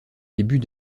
début